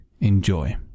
Enjoy